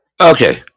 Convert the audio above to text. Okay